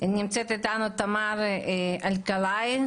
אבל אתה כמשרד הבריאות - אין לך שליטה על הדבר הזה?